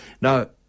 Now